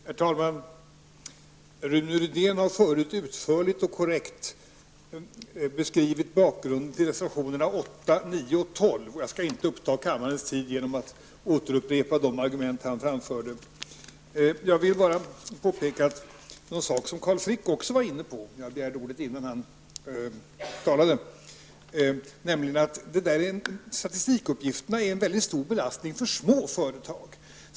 Herr talman! Rune Rydén har tidigare utförligt och korrekt beskrivit bakgrunden till reservationerna 8, 9 och 12. Jag skall därför inte uppta kammarens tid med att återupprepa hans argument. I stället skall jag påpeka en sak som Carl Frick berörde -- jag begärde ordet innan han talade -- nämligen att lämnande av statistikuppgifter är en stor belastning för små företag.